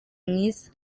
mwiza